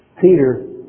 Peter